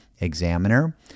examiner